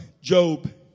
Job